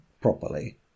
properly